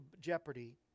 Jeopardy